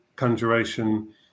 Conjuration